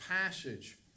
passage